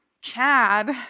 Chad